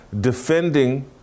defending